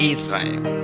Israel